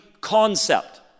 concept